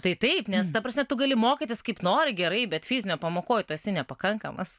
tai taip nes ta prasme tu gali mokytis kaip nori gerai bet fizinio pamokoj tu esi nepakankamas